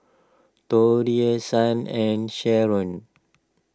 Torie Shan and Sheron